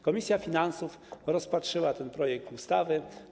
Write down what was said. Komisja finansów rozpatrzyła ten projekt ustawy.